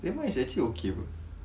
RedMart is actually okay apa